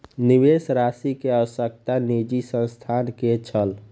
निवेश राशि के आवश्यकता निजी संस्थान के छल